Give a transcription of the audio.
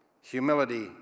humility